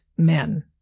men